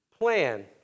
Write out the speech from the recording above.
plan